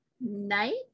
night